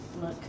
Look